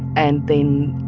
and then,